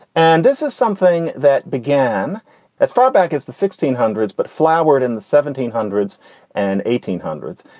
and this is something that began as far back as the sixteen hundreds, but flowered in the seventeen hundreds and eighteen hundreds.